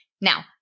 Now